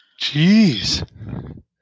Jeez